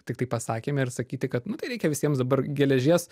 tiktai pasakėme ir sakyti kad nu tai reikia visiems dabar geležies